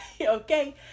okay